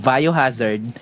Biohazard